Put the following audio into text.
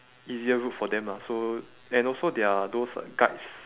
easier route for them lah so and also there are those like guides